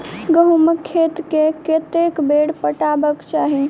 गहुंमक खेत केँ कतेक बेर पटेबाक चाहि?